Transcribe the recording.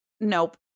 Nope